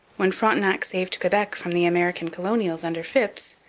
when frontenac saved quebec from the american colonials under phips,